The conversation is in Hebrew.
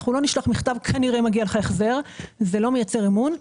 אנחנו לא נשלח מכתב ונאמר שכנראה מגיע לך החזר כי זה לא מייצר אמן.